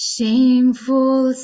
Shameful